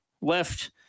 left